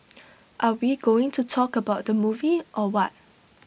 are we going to talk about the movie or what